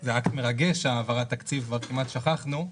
זה מרגש, העברת תקציב, כבר